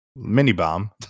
mini-bomb